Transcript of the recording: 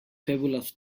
fabulous